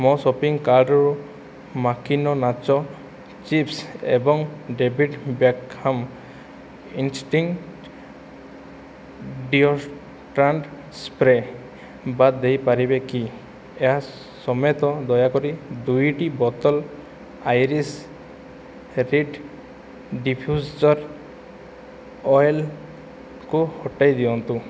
ମୋ ସପିଂ କାର୍ଟ୍ରୁ ମାକିନୋ ନାଚୋ ଚିପ୍ସ୍ ଏବଂ David Beckham instinct deodorant spray ବାଦ୍ ଦେଇପାରିବେ କି ଏହା ସମେତ ଦୟାକରି ଦୁଇଟି ବୋତଲ ଆଇରିଶ ରିଡ଼୍ ଡିଫ୍ୟୁଜର୍ ଅଏଲ୍କୁ ହଟାଇ ଦିଅନ୍ତୁ